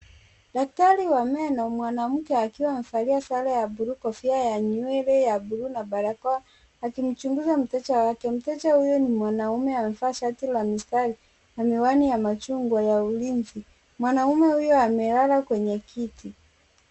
Daktari wa meno mwanake, akiwa amevalia sare ya buluu, kofia ya nywele ya buluu na barakoa, akimchunguza mteja wake. Mteja huyu ni mwanaume amevaa shati la mistari na miwani ya machungwa ya ulinzi. Mwanaume huyo amelala kwenye kiti.